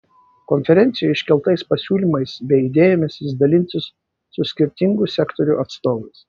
konferencijoje iškeltais pasiūlymais bei idėjomis jis dalinsis su skirtingų sektorių atstovais